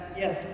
yes